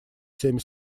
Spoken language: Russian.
всеми